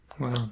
Wow